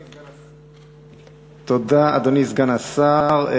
תודה, אדוני סגן השר.